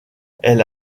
elle